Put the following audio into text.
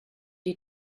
die